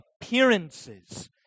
appearances